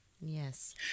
Yes